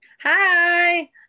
hi